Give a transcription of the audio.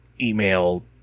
email